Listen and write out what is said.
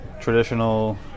traditional